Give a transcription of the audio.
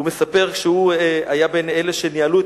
הוא מספר שהוא היה בין אלה שניהלו את